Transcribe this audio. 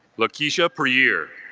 lakeisha per year